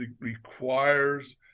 requires